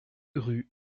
rue